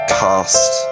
cast